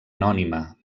anònima